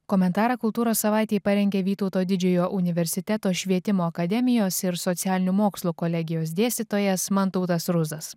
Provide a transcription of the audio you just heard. komentarą kultūros savaitei parengė vytauto didžiojo universiteto švietimo akademijos ir socialinių mokslų kolegijos dėstytojas mantautas ruzas